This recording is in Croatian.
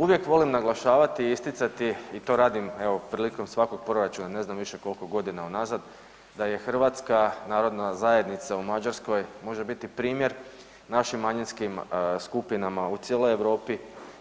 Uvijek volim naglašavati i isticati i to radim evo prilikom svakog proračuna, ne znam više koliko godina unazad, da Hrvatska narodna zajednica u Mađarskoj može biti primjer našim manjinskim skupinama u cijeloj Europi